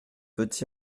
petit